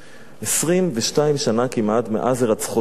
22 שנה כמעט מאז הירצחו של הרב כהנא